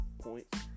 points